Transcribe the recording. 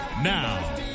Now